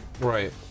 Right